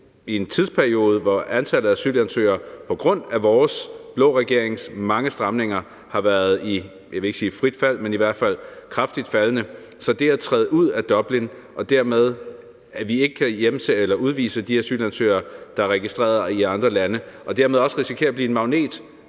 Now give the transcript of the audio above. i en tidsperiode, hvor antallet af asylansøgere på grund af vores blå regerings mange stramninger har været i, jeg vil ikke sige frit fald, men i hvert fald kraftigt faldende, så ville det at træde ud af Dublinaftalen være en drastisk beslutning. Dermed ville vi ikke kunne udvise de asylansøgere, der er registreret i andre lande, og dermed risikerer vi også at blive en magnet